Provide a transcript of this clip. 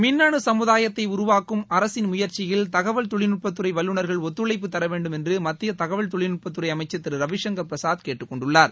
மின்னனு சமுதாயத்தை உருவாக்கும் அரசின் முயற்சியில் தகவல் தொழில்நுட்பத்துறை வல்லுநர்கள் ஒத்துழைப்பு தரவேண்டும் என்று மத்திய தகவல் தொழில்நுட்பத்துறை அமைச்சர் திரு ரவிசங்கர் பிரசாத் கேட்டுக்கொண்டுள்ளார்